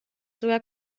sogar